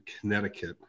connecticut